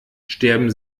sterben